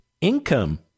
income